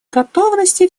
готовности